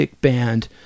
band